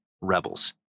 rebels